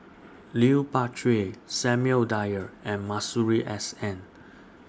Lui Pao Chuen Samuel Dyer and Masuri S N